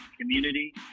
community